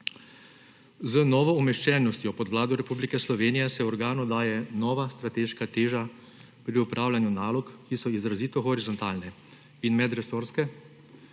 Z novo umeščenostjo pod Vlado Republike Slovenije se organu daje nova strateška teža pri opravljanju nalog, ki so izrazito horizontalne in medresorske